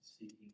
seeking